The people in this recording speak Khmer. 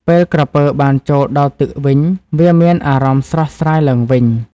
ពេលក្រពើបានចូលដល់ទឹកវិញ វាមានអារម្មណ៍ស្រស់ស្រាយឡើងវិញ។